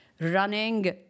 running